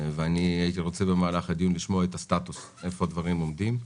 ואבקש לשמוע בהמשך הדיון אם יש התקדמות בנושא.